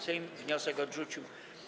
Sejm wniosek odrzucił.